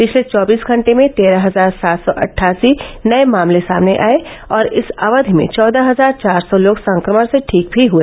पिछले चौबीस घंटे में तेरह हजार सात सौ अट्ठासी नये मामले सामने आये और इसी अवधि में चौदह हजार चार सौ लोग संक्रमण से ठीक भी हए